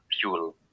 fuel